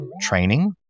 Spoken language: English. training